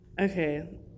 Okay